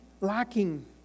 lacking